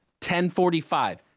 1045